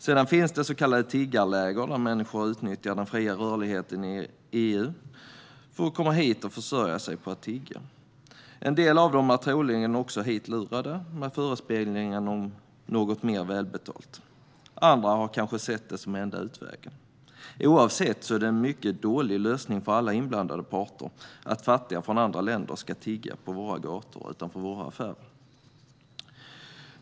Sedan finns så kallade tiggarläger, där människor utnyttjar den fria rörligheten i EU för att komma hit och försörja sig på att tigga. En del av dem är troligen också hitlurade med förespeglingar om något mer välbetalt. Andra har kanske sett det som enda utvägen. Oavsett är det en mycket dålig lösning för alla inblandade parter att fattiga från andra länder ska tigga på våra gator utanför våra affärer.